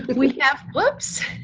we have, whoops!